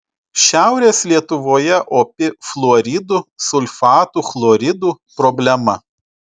šiaurės lietuvoje opi fluoridų sulfatų chloridų problema